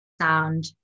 sound